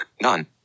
None